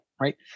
right